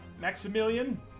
Maximilian